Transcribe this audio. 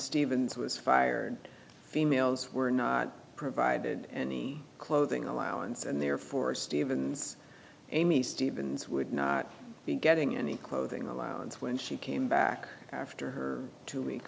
stevens was fired females were not provided any clothing allowance and therefore stephen's amy stevens would not be getting any clothing allowance when she came back after her to